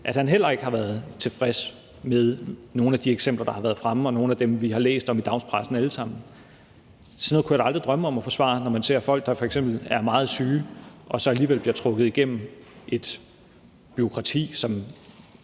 at han heller ikke har været tilfreds med nogle af de sager, der har været fremme, bl.a. nogle af dem, vi alle sammen har læst om i dagspressen. Sådan noget kunne jeg da aldrig drømme om at forsvare, når det f.eks. handler om folk, der er meget syge og så alligevel bliver trukket igennem et bureaukrati, som